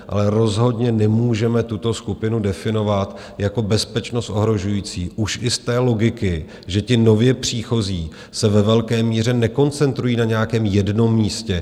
Ale rozhodně nemůžeme tuto skupinu definovat jako bezpečnost ohrožující, už i z té logiky, že ti nově příchozí se ve velké míře nekoncentrují na nějakém jednom místě.